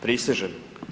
Prisežem.